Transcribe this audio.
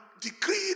decree